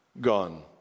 Gone